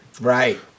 Right